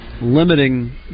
limiting